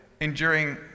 enduring